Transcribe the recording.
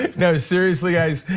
no seriously, guys.